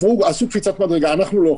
עשו קפיצת מדרגה, אנחנו לא.